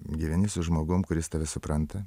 gyveni su žmogum kuris tave supranta